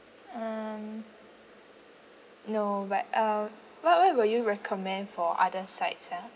um no but uh what what will you recommend for other sides ah